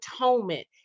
atonement